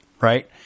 Right